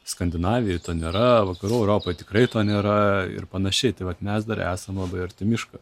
skandinavijoj nėra vakarų europoj tikrai to nėra ir panašiai tai vat mes dar esam labai arti miško